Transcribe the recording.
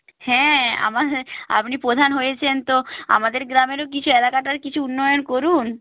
হ্যাঁ আমার আপনি প্রধান হয়েছেন তো আমাদের গ্রামেরও কিছু এলাকাটার কিছু উন্নয়ন করুন